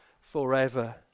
forever